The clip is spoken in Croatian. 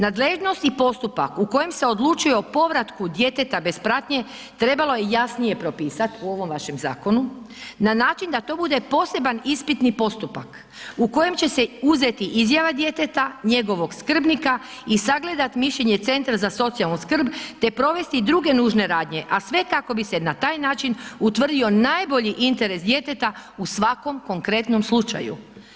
Nadležnost i postupak u kojem se odlučuje o povratku djeteta bez pratnje trebalo je jasnije propisat u ovom vašem zakonu na način da to bude poseban ispitni postupak u kojem će se uzeti izjava djeteta, njegovog skrbnika i sagledat mišljenje centra za socijalnu skrb, te provesti i druge nužne radnje, a sve kako bi se na taj način utvrdio najbolji interes djeteta u svakom konkretnom slučaju.